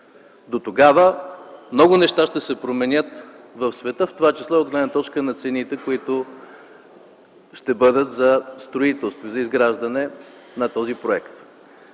Дотогава много неща ще се променят в света, в това число и от гледна точка на цените, които ще бъдат за строителство, за изграждане на този проект.